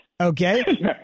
Okay